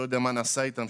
לא יודע מה נעשה איתן,